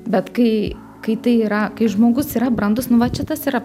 bet kai kai tai yra kai žmogus yra brandus nu va čia tas yra